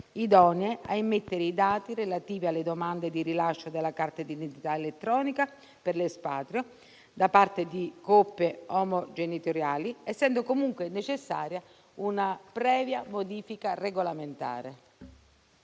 idonei a immettere i dati relativi alle domande di rilascio della carta d'identità elettronica per l'espatrio da parte di coppie omogenitoriali, essendo comunque necessaria una previa modifica regolamentare.